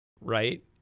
right